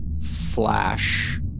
flash